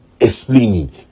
explaining